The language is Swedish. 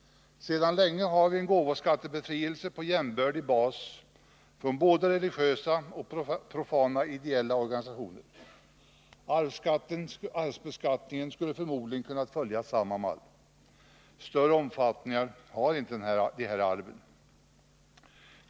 Sedan länge har vi gåvoskattebefrielse på jämbördig bas för både religiösa och profana ideella organisationer. Arvsbeskattningen skulle förmodligen ha kunnat följa samma mall. Större omfattning har inte de här arven.